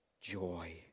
joy